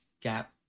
gap